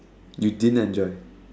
you didn't enjoy